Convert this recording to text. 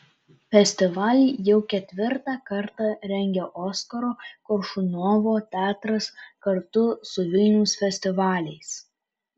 festivalį jau ketvirtą kartą rengia oskaro koršunovo teatras kartu su vilniaus festivaliais